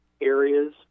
areas